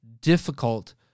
difficult